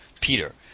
Peter